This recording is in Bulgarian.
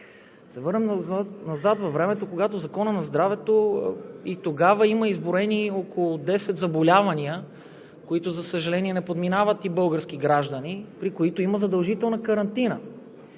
върнем назад във времето, когато в Закона за здравето има изброени около 10 заболявания, които, за съжаление, не подминават български граждани и при които има задължителна карантина.